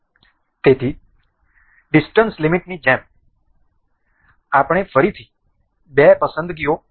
તેથી ડીસ્ટન્સ લિમિટની જેમ આપણે ફરીથી બે પસંદગીઓ કરવાની છે